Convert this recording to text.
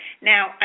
Now